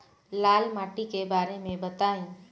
लाल माटी के बारे में बताई